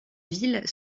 ville